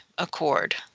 Accord